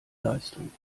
leistung